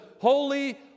Holy